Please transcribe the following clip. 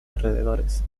alrededores